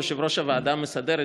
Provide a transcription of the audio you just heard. יושב-ראש הוועדה המסדרת,